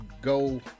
go